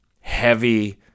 heavy